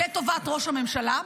לטובת ראש הממשלה.